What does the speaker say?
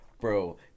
Bro